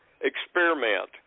experiment